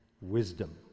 wisdom